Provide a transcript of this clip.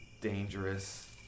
dangerous